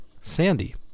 Sandy